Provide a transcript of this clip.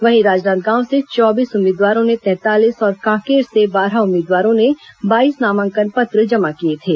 वहीं राजनादगांव से चौबीस उम्मीदवारों ने तैंतालीस और कांकेर से बारह उम्मीदवारों ने बाईस नामांकन पत्र जमा किए थे